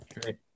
Great